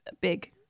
big